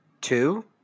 Two